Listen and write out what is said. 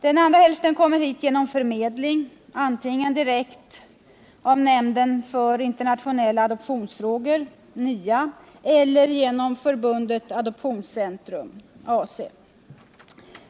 Den andra hälften kommer hit genom förmedling, antingen direkt av nämnden för internationella adoptionsfrågor eller genom Förbundet Adoptionscentrum .